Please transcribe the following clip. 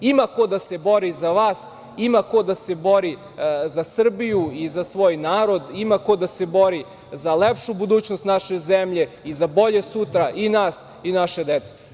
Ima ko da se bori za vas, ima ko da se bori za Srbiju i za svoj narod, ima ko da se bori za lepšu budućnost naše zemlje i za bolje sutra i nas i naše dece.